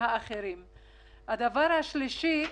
את זה אומרים בלוויה.